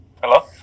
Hello